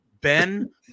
Ben